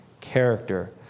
character